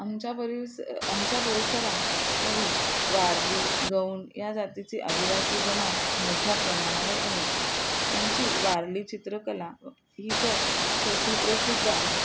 आमच्या परिस आमच्या परिसरात काही वारली गौण या जातीची आदिवासी जमात मोठ्या प्रमाणावर आढळते त्यांची वारली चित्रकला ही तर स सुप्रसिद्ध आहे